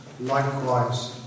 likewise